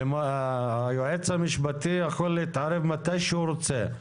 היועץ המשפטי יכול להתערב מתי שהוא רוצה,